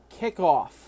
kickoff